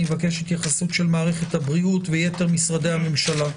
אבקש התייחסות של מערכת הבריאות ויתר משרדי הממשלה.